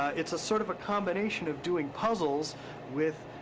it's a sort of a combination of doing puzzles with,